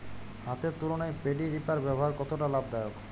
হাতের তুলনায় paddy reaper ব্যবহার কতটা লাভদায়ক?